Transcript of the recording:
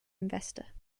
investor